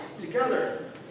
Together